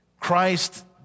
Christ